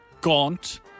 Gaunt